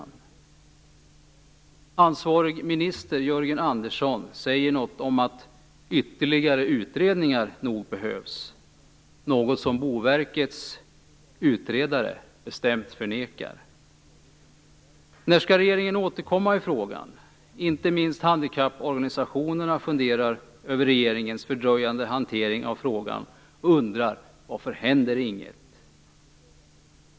Den ansvarige ministern Jörgen Andersson säger något om att ytterligare utredningar nog behövs - något som Boverkets utredare bestämt förnekar. När skall regeringen återkomma i frågan? Inte minst handikapporganisationerna funderar över regeringens fördröjande hantering av frågan och undrar varför ingenting händer.